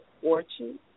fortune